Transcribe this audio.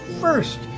first